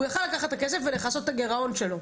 הוא יכל לקחת את הכסף ולכסות את הגירעון שלו.